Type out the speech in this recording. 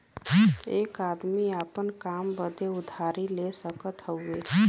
एक आदमी आपन काम बदे उधारी ले सकत हउवे